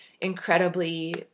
incredibly